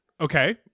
Okay